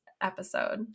episode